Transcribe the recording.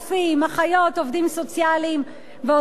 עובדים סוציאליים ועוד רבים אחרים.